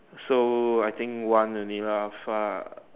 so I think one only lah fu~